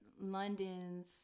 London's